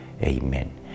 Amen